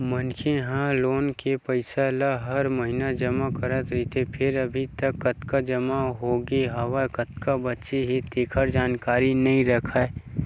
मनखे ह लोन के पइसा ल हर महिना जमा करत रहिथे फेर अभी तक कतका जमा होगे अउ कतका बाचे हे तेखर जानकारी नइ राखय